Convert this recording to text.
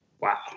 wow